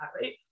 right